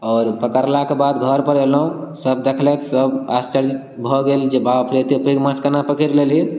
आओर पकड़लाके बाद घरपर अएलहुँ सब देखलक सब आश्चर्य भऽ गेल जे बाप रे एतेक पैघ माछ कोना पकड़ि लेलही